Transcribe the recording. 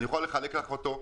אני יכול להעביר לך אותו.